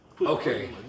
Okay